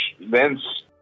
Vince